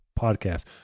podcast